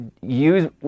use